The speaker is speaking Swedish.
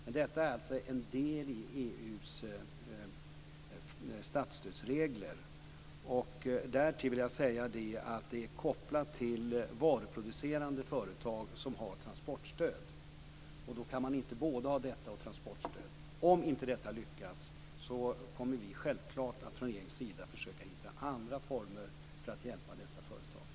Men detta är alltså en del i EU:s statsstödsregler. Därtill vill jag säga att det är kopplat till varuproducerande företag som har transportstöd. Då kan man inte ha både detta och transportstöd. Om inte detta lyckas kommer vi självklart att från regeringens sida försöka hitta andra former för att hjälpa dessa företag.